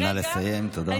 נא לסיים, תודה.